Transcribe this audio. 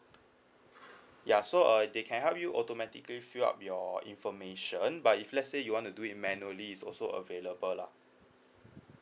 ya so uh they can help you automatically fill up your information but if let's say you want to do it manually is also available lah